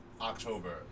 October